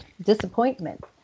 disappointment